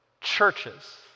churches